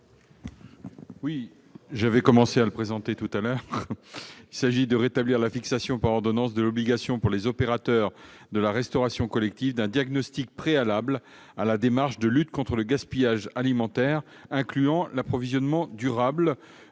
est ainsi libellé : La parole est à M. le ministre. Il s'agit de rétablir la fixation par ordonnance de l'obligation, pour les opérateurs de la restauration collective, d'un diagnostic préalable à la démarche de lutte contre le gaspillage alimentaire incluant l'approvisionnement durable.